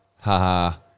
Ha-ha